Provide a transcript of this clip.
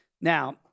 Now